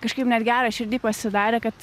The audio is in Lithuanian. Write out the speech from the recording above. kažkaip net gera širdy pasidarė kad